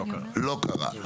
לא קרה.